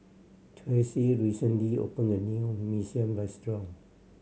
Traci recently opened a new Mee Siam restaurant